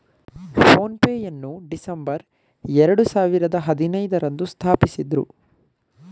phone pay ಯನ್ನು December ಎರಡು ಸಾವಿರದ ಹದಿನೈದು ರಂದು ಸ್ಥಾಪಿಸಿದ್ದ್ರು